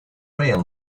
rail